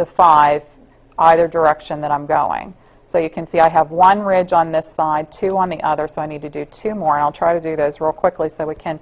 the five either direction that i'm going so you can see i have one ridge on this side two on the other so i need to do to morrow i'll try to do those real quickly so we can